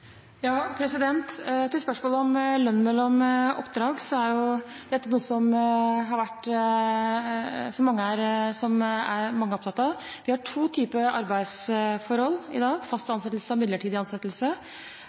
til? Spørsmålet om lønn mellom oppdrag er noe mange er opptatt av. Vi har to typer arbeidsforhold i dag: fast ansettelse